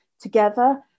Together